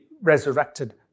resurrected